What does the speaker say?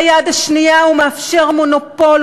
ביד השנייה הוא מאפשר מונופול,